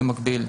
במקביל.